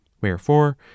Wherefore